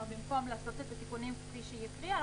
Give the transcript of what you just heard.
במקום לעשות את התיקונים כפי שהיא הקריאה,